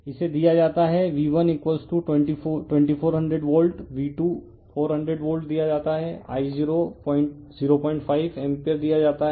refer slide time 2732 तो इसे दिया जाता है V12400 वोल्ट V2 400 वोल्ट दिया जाता है I0 05 एम्पीयर दिया जाता है